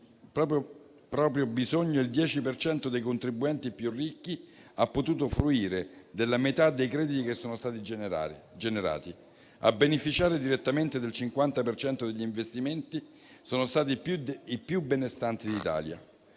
proprio il 10 per cento dei contribuenti più ricchi ha potuto fruire della metà dei crediti che sono stati generati. A beneficiare direttamente del 50 per cento degli investimenti sono stati i più benestanti d'Italia.